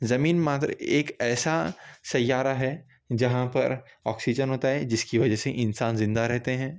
زمین ماتر ایک ایسا سیارہ ہے جہاں پر آکسیجن ہوتا ہے جس کی وجہ سے انسان زندہ رہتے ہیں